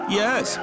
yes